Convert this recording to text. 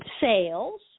sales